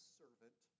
servant